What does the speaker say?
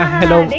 hello